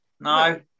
No